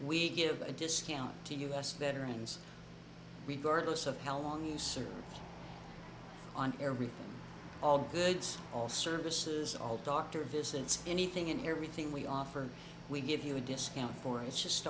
we give a discount to u s veterans regardless of how long you serve on everything all the goods all services all doctor visits anything and everything we offer we give you a discount for is just